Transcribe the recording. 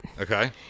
Okay